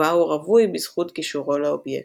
ובה הוא רווי בזכות קישורו לאובייקט.